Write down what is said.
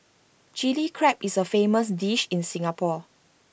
Chilli Crab is A famous dish in Singapore